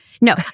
no